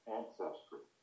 ancestry